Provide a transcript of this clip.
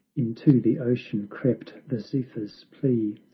into the ocean crept the zephyr's plea,